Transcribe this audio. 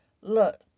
Look